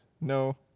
no